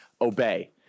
obey